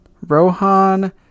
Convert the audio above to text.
Rohan